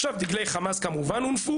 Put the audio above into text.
עכשיו דגלי חמאס הונפו,